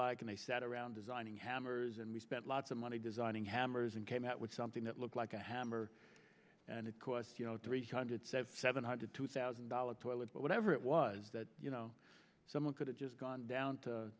like and they sat around designing hammers and we spent lots of money designing hammers and came out with something that looked like a hammer and it cost you know three hundred seventy seven hundred two thousand dollars toilet but whatever it was that you know someone could have just gone down to